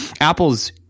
apple's